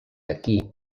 aquí